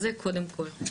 אז זה קודם כל.